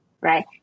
right